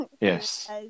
Yes